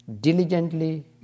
diligently